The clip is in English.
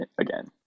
again